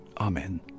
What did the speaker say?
amen